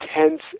intense